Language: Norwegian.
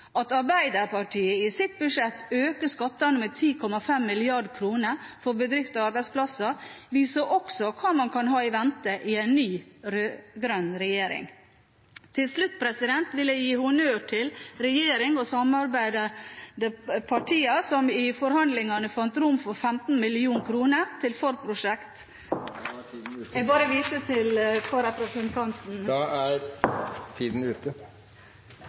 At Arbeiderpartiet i sitt budsjett øker skattene med 10,5 mrd. kr for bedrifter og arbeidsplasser, viser også hva man kan ha i vente med en ny rød-grønn regjering. Til slutt vil jeg gi honnør til regjeringen og samarbeidspartiene, som i forhandlingene fant rom for 15 mill. kr til et forprosjekt. Vestfold har gjort en formidabel jobb for å imøtekomme kommunereformen, og vi går fra å være 14 kommuner i dag til